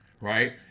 right